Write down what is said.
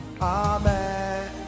Amen